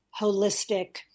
holistic